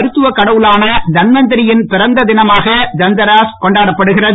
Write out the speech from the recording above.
மருத்துவ கடவுளான தன்வந்திரி யின் பிறந்த தினமாக தந்தராஸ் கொண்டாடப்படுகிறது